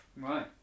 Right